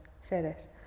seres